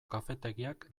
kafetegiak